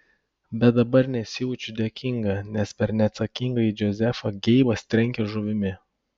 bet dabar nesijaučiu dėkinga nes per neatsakingąjį džozefą geibas trenkia žuvimi